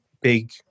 big